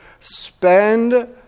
spend